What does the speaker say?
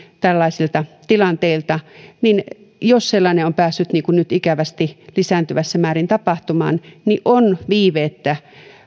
tällaisilta tilanteilta niin jos sellainen on päässyt niin kuin nyt ikävästi lisääntyvässä määrin tapahtumaan niin on viiveettä